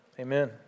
Amen